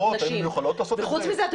חוץ מזה,